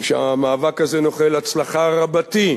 שהמאבק הזה נוחל הצלחה רבתי.